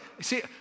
see